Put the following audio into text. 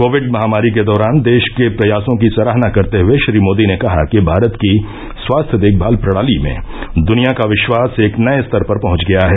Covid महामारी के दौरान देश के प्रयासों की सराहना करते हए श्री मोदी ने कहा कि भारत की स्वास्थ्य देखभाल प्रणाली में द्निया का विश्वास एक नए स्तर पर पहंच गया है